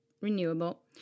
renewable